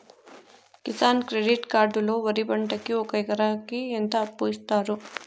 Kisan credit card లో వరి పంటకి ఒక ఎకరాకి ఎంత అప్పు ఇస్తారు?